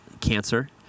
cancer